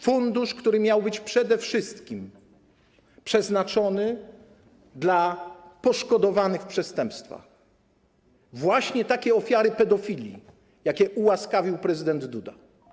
Fundusz, który miał być przede wszystkim przeznaczony dla poszkodowanych w przestępstwach, takich ofiar pedofilii, jakie ułaskawił prezydent Duda.